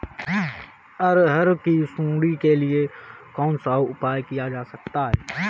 अरहर की सुंडी के लिए कौन सा उपाय किया जा सकता है?